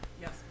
Yes